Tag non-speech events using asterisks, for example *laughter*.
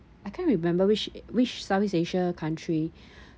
I can't remember which which southeast asia country *breath*